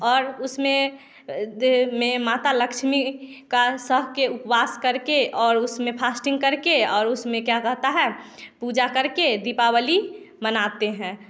और उसमें में माता लक्ष्मी का सह के उपवास करके और उसमें फास्टिंग करके और उसमें क्या कहता है पूजा करके दीपावली मनाते हैं